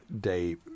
Day